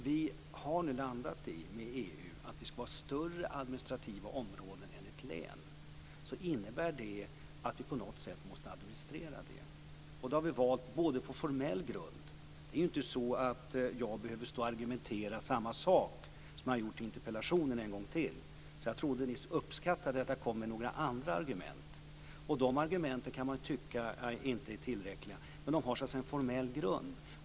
Vi har nu med EU landat i att de administrativa områdena ska vara större än ett län. Jag behöver inte stå här och argumentera samma saker som i svaret till interpellationen. Jag trodde att ni uppskattade andra argument. Man kan tycka att de argumenten inte är tillräckliga, men de har en formell grund.